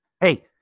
Hey